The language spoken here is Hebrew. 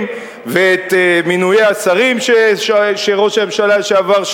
ואת מינויי השרים שראש הממשלה לשעבר,